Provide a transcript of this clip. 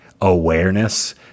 awareness